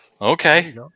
Okay